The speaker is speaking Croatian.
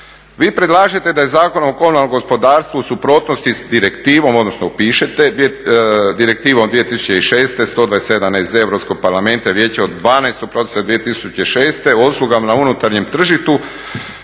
Vi predlažete da je Zakon o komunalnom gospodarstvu u suprotnosti s direktivom, odnosno pišete, direktivom 2006., 127 E iz Europskog parlamenta …, uslugama na unutarnjem tržištu